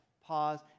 pause